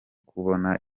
kubona